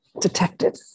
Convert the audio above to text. detected